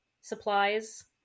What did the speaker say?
supplies